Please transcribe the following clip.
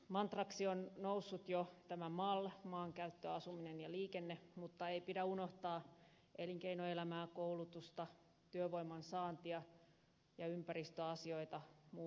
mantraksi on noussut jo tämä mal maankäyttö asuminen ja liikenne mutta ei pidä unohtaa elinkeinoelämää koulutusta työvoiman saantia ja ympäristöasioita muun muassa